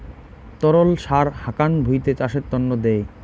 তরল সার হাকান ভুঁইতে চাষের তন্ন দেয়